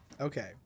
Okay